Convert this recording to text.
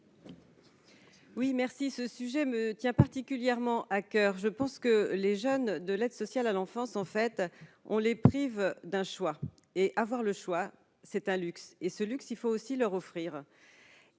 Oui merci, ce sujet me tient particulièrement à coeur, je pense que les jeunes de l'aide sociale à l'enfance, en fait on les prive d'un choix et avoir le choix, c'est un luxe et ce luxe, il faut aussi leur offrir